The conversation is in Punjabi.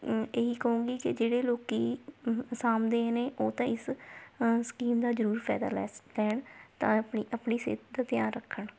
ਇਹੀ ਕਹੂੰਗੀ ਕਿ ਜਿਹੜੇ ਲੋਕੀਂ ਅਸਾਮ ਦੇ ਨੇ ਉਹ ਤਾਂ ਇਸ ਸਕੀਮ ਦਾ ਜ਼ਰੂਰ ਫਾਇਦਾ ਲੈ ਸਕਣ ਤਾਂ ਆਪਣੀ ਆਪਣੀ ਸਿਹਤ ਦਾ ਧਿਆਨ ਰੱਖਣ